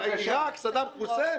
מה זה עיראק, סדאם חוסיין?